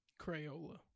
Crayola